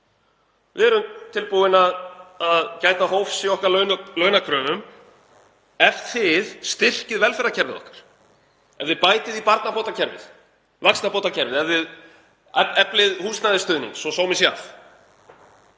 Við erum tilbúin að gæta hófs í okkar launakröfum ef þið styrkið velferðarkerfið okkar, ef þið bætið í barnabótakerfið, vaxtabótakerfið, ef þið eflið húsnæðisstuðning svo sómi sé að.